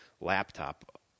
laptop